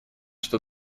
что